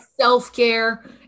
self-care